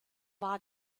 war